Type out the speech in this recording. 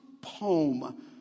poem